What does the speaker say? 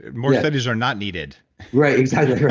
more studies are not needed right, exactly. right.